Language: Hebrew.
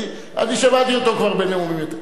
אני שמעתי אותו כבר בנאומים יותר טובים.